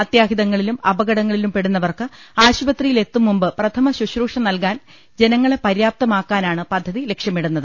അത്യാഹിതങ്ങളിലും അപ കടങ്ങളിലും പെടുന്നവർക്ക് ആശുപത്രിയിൽ എത്തുംമുമ്പ് പ്രഥമ ശുശ്രൂഷ നൽകാൻ ജനങ്ങളെ പര്യാപ്തമാക്കാനാണ് പദ്ധതി ലക്ഷ്യ മിടുന്നത്